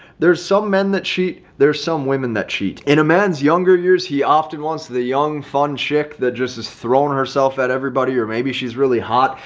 there's some men that cheat. there's some women that cheat in a man's younger years. he often wants the young fun chick that just is thrown herself at everybody. or maybe she's really hot.